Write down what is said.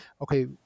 okay